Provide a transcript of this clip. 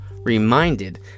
Reminded